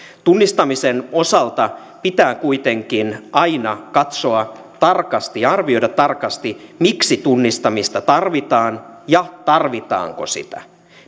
tunnistamisen osalta pitää kuitenkin aina katsoa tarkasti ja arvioida tarkasti miksi tunnistamista tarvitaan ja tarvitaanko sitä